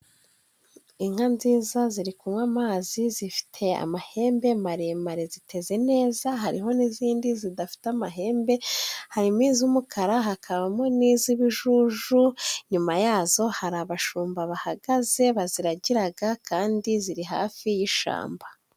Inka nziza ziri kunywa amazi zifite amahembe maremare ziteze neza, hariho n'izindi zidafite amahembe, harimo iz'umukara, hakabamo n'iz'ibijuju, nyuma yazo hari abashumba bahagaze baziragiraga kandi ziri hafi y'ishamba.